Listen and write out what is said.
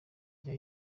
rya